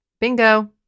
bingo